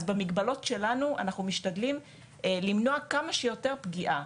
אז במגבלות שלנו אנחנו משתדלים למנוע כמה שיותר פגיעה